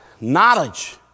knowledge